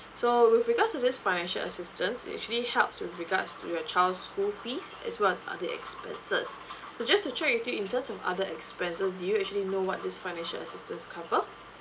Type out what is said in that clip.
so with regards to this financial assistance it actually helps with regards to your child school fees as well as other expenses so just to check with you in terms of other expenses do you actually know what this financial assistance cover